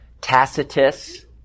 tacitus